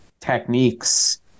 techniques